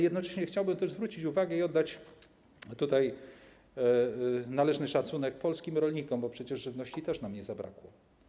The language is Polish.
Jednocześnie chciałbym też zwrócić uwagę i oddać tutaj należny szacunek polskim rolnikom, bo przecież żywności też nam nie zabrakło.